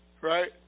right